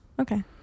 Okay